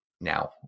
now